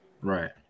Right